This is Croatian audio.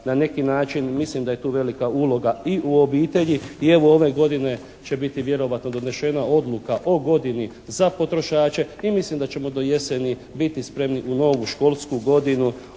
na neki način mislim da je tu velika uloga i u obitelji i evo ove godine će biti vjerovatno donešena odluka o godini za potrošače i mislim da ćemo do jeseni biti spremni u novu školsku godinu